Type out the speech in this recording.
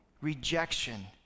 rejection